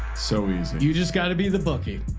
so easy. you just gotta be the bookie